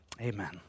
Amen